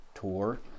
tour